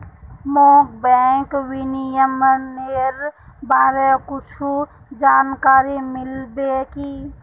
मोक बैंक विनियमनेर बारे कुछु जानकारी मिल्बे की